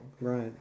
Right